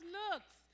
looks